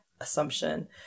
assumption